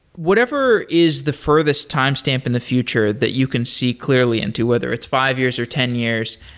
whatever is the furthest timestamp in the future that you can see clearly into whether it's five years or ten years,